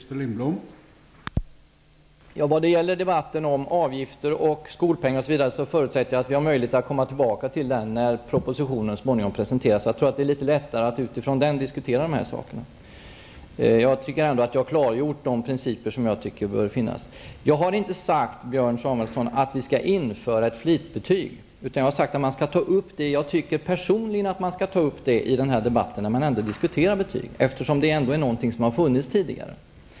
Herr talman! När det gäller debatten om avgifter och skolpeng förutsätter jag att vi har möjlighet att komma tillbaka till saken när propositionen så småningom presenteras. Det är litet lättare att utifrån de utgångspunkterna diskutera frågorna. Jag tycker ändå att jag har klargjort vilka principer som bör finnas. Jag har inte sagt, Björn Samuelson, att vi skall införa ett flitbetyg, utan jag har sagt att man skall ta upp saken. Personligen tycker jag att man skall ta upp frågan i debatten när man ändå diskuterar betyg, eftersom det är någonting som har funnits tidigare.